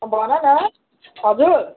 भन न हजुर